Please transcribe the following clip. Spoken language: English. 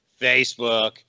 Facebook